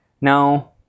Now